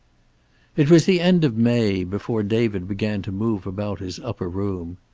it was the end of may before david began to move about his upper room.